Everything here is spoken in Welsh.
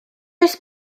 oes